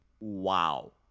Wow